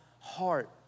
heart